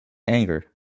anger